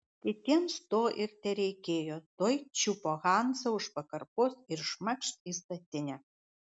kitiems to ir tereikėjo tuoj čiupo hansą už pakarpos ir šmakšt į statinę